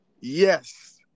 yes